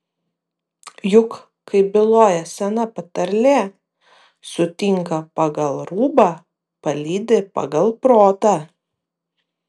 juk kaip byloja sena patarlė sutinka pagal rūbą palydi pagal protą